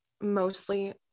mostly